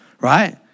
right